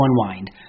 unwind